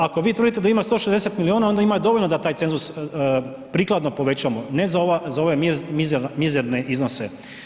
Ako vi tvrdite da ima 160 milijuna onda ima dovoljno da taj cenzus prikladno povećamo, ne za ova, za ove mizerne iznose.